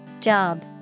Job